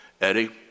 Eddie